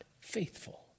faithful